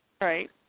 Right